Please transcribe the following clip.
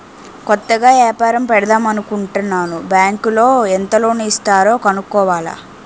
కొత్తగా ఏపారం పెడదామనుకుంటన్నాను బ్యాంకులో ఎంత లోను ఇస్తారో కనుక్కోవాల